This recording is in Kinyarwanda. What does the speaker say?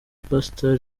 pastor